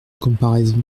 comparaison